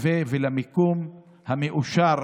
לא תהא כוהנת כפונדקית, לא תהא כוהנת